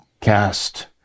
cast